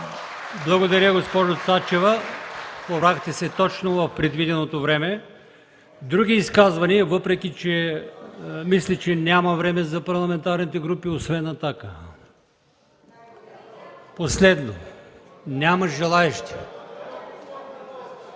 Благодаря, госпожо Цачева. Изказахте се точно в предвиденото време. Има ли други изказвания, въпреки че мисля, че няма време за парламентарните групи, освен за „Атака”. Последно? Няма желаещи